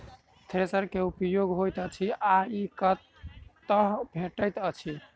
Thresher केँ की उपयोग होइत अछि आ ई कतह भेटइत अछि?